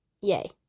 yay